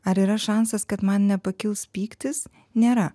ar yra šansas kad man nepakils pyktis nėra